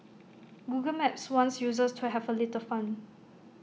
Google maps wants users to have A little fun